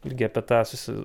irgi apie tą susi